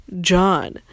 John